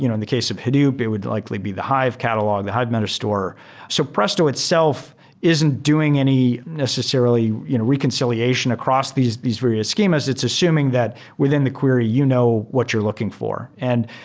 you know in the case of hadoop, it would likely be the hive catalog, the hive amount of store. so presto itself isn't doing any necessarily re-conciliation across these these various schemas. it's assuming that within the query, you know what you're looking for. and